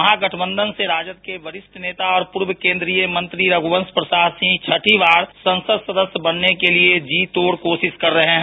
महागठबंधन से राजद की वरिष्ठ नेता और पूर्व केंद्रीय मंत्री रघुवंश प्रसाद सिंह छठी बार संसद सदस्य बनने के लिए जी तोड कोशिश कर रहे हैं